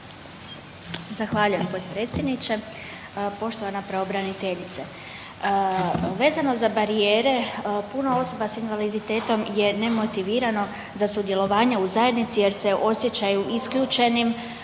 Zahvaljujem potpredsjedniče. Poštovana pravobraniteljice, vezano za barijere puno osoba s invaliditetom je nemotivirano za sudjelovanje u zajednici jer se osjećaju isključenim,